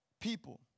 people